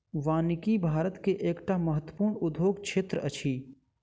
वानिकी भारत के एकटा महत्वपूर्ण उद्योग क्षेत्र अछि